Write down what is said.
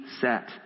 set